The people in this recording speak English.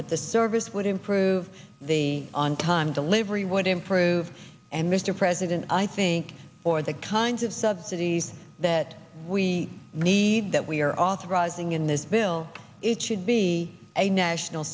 but the service would improve the on time delivery would improve and mr president i think for the kinds of subsidies that we need that we are authorizing in this bill it should be a national